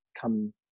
come